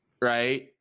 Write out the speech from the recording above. right